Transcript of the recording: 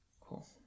Cool